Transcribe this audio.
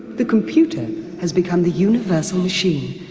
the computer has become the universal machine,